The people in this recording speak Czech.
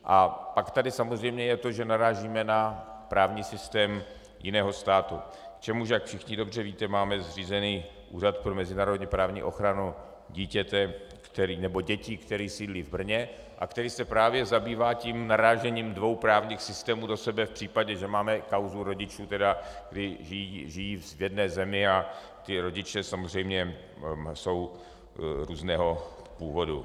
A pak tady samozřejmě je to, že narážíme na právní systém jiného státu, k čemuž, jak všichni dobře víte, máme zřízený Úřad pro mezinárodněprávní ochranu dítěte nebo dětí, který sídlí v Brně a který se právě zabývá narážením dvou právních systémů do sebe v případě, že máme kauzu rodičů, kteří žijí v jedné zemi, a ti rodiče samozřejmě jsou různého původu.